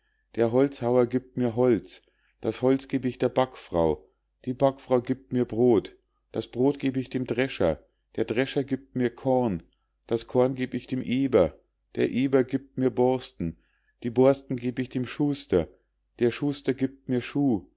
der holzhauer giebt mir holz das holz geb ich der backfrau die backfrau giebt mir brod das brod geb ich dem drescher der drescher giebt mir korn das korn geb ich dem eber der eber giebt mir borsten die borsten geb ich dem schuster der schuster giebt mir schuh